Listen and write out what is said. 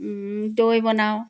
দৈ বনাওঁ